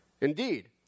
Indeed